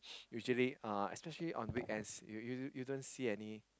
usually uh especially on weekends you you you don't see any